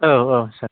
औ औ सार